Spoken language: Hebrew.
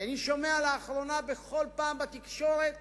כי אני שומע לאחרונה בכל פעם בתקשורת